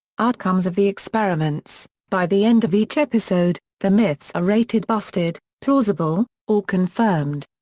outcomes of the experiments by the end of each episode, the myths are rated busted, plausible, or confirmed.